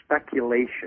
speculation